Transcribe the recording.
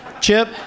Chip